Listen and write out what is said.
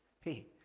hey